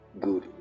good